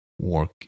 work